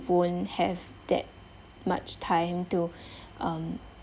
won't have that much time to um